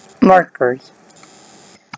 markers